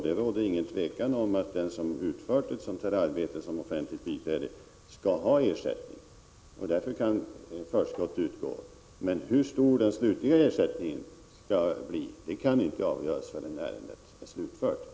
Det råder inget tvivel om att den som utfört ett arbete som offentligt biträde skall ha ersättning; därför kan förskott utgå. Men hur stor den slutliga ersättningen skall bli kan inte avgöras förrän ärendet är avgjort.